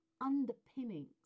underpinnings